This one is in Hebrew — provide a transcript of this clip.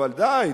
אבל די,